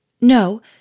No